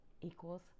equals